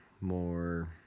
more